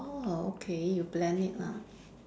orh okay you blend it lah